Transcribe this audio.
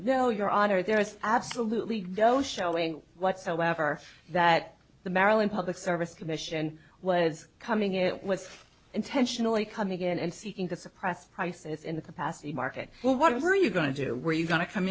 no your honor there was absolutely no showing whatsoever that the maryland public service commission was coming it was intentionally come again and seeking to suppress prices in the capacity market what are you going to do are you going to come